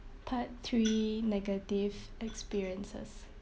part three negative experiences